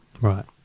Right